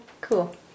Cool